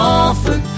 offer